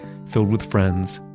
filled with friends,